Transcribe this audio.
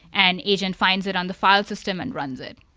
and agent finds it on the file system and runs it.